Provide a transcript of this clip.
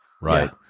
right